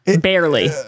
barely